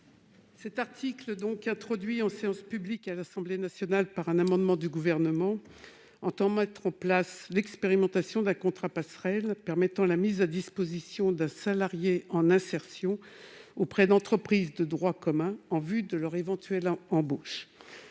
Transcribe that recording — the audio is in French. Cet article introduit en séance publique à l'Assemblée nationale un amendement du Gouvernement prévoit de mettre en place l'expérimentation d'un « contrat passerelle » permettant la mise à disposition d'un salarié en insertion auprès d'une entreprise de droit commun en vue de son éventuelle embauche.